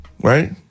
Right